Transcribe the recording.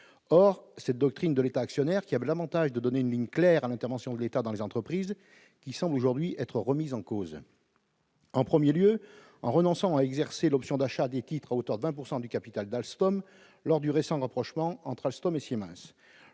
or cette doctrine de l'État actionnaire qui avait l'Avantage de donner une ligne claire à l'intervention de l'État dans les entreprises qui semble aujourd'hui être remise en cause. En 1er lieu en renonçant à exercer l'option d'achat des titres à hauteur de 20 pourcent du capital d'Alstom, lors du récent rapprochement entre Alstom et Siemens,